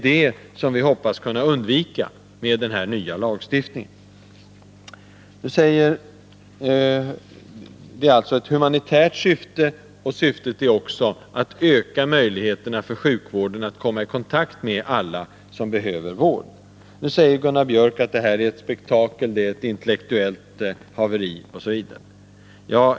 Detta hoppas vi kunna undvika med den nya lagstiftningen. Lagstiftningen har alltså ett humanitärt syfte. Den skall också öka möjligheterna för sjukvården att komma i kontakt med alla som behöver vård. Nu säger Gunnar Biörck att det här är ett spektakel, ett intellektuellt haveri, osv.